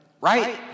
right